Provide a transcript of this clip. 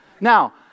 now